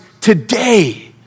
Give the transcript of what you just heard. today